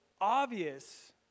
obvious